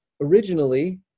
originally